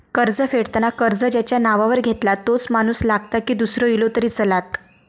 कर्ज फेडताना कर्ज ज्याच्या नावावर घेतला तोच माणूस लागता की दूसरो इलो तरी चलात?